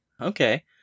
Okay